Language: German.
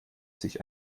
sich